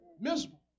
Miserable